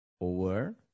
over